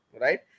right